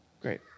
Great